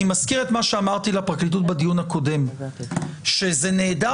אני מזכיר את מה שאמרתי לפרקליטות בדיון הקודם: זה נהדר